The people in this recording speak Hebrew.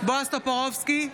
בועז טופורובסקי,